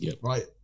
right